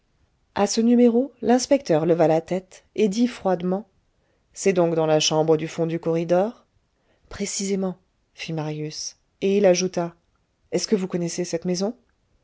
à ce numéro l'inspecteur leva la tête et dit froidement c'est donc dans la chambre du fond du corridor précisément fit marius et il ajouta est-ce que vous connaissez cette maison